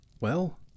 Well